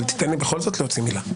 אבל תיתן לי בכל זאת להוציא מילה.